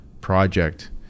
project